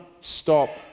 stop